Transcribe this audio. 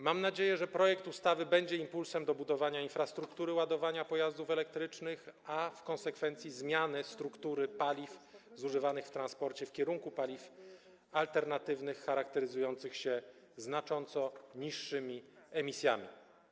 Mam nadzieję, że projekt ustawy będzie impulsem do budowania infrastruktury ładowania pojazdów elektrycznych, a w konsekwencji - zmiany struktury paliw zużywanych w transporcie w kierunku paliw alternatywnych, charakteryzujących się znacząco niższymi emisjami.